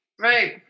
right